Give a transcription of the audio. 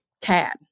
CAD